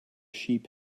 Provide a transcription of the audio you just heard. sheep